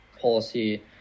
policy